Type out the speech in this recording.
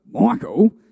Michael